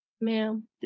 Ma'am